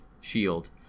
shield